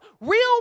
Real